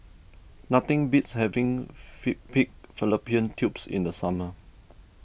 nothing beats having Pig Fallopian Tubes in the summer